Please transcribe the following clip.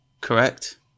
Correct